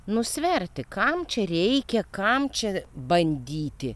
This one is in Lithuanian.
nusverti kam čia reikia kam čia bandyti